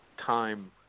time